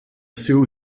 sue